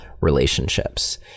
relationships